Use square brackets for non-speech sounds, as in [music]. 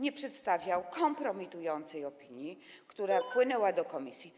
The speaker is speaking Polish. nie przedstawiał kompromitującej dla was opinii, [noise] która wpłynęła do komisji?